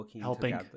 helping